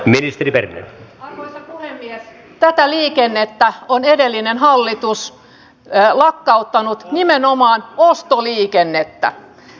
ne siisti liperin ja tätä liikennettä on edellinen hallitus ja enää lakkauttanut nimenomaan ostoliikennettä